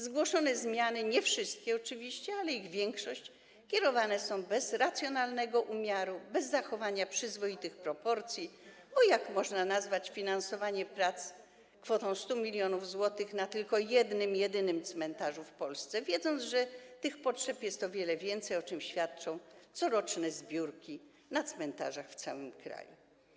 Zgłoszone zmiany, nie wszystkie oczywiście, ale ich większość, kierowane są bez racjonalnego umiaru, bez zachowania przyzwoitych proporcji, bo jak można nazwać finansowanie prac kwotą 100 mln zł na tylko jednym, jedynym cmentarzu w Polsce, gdy się wie, że tych potrzeb jest o wiele więcej, o czym świadczą coroczne zbiórki na cmentarzach w całym kraju.